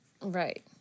right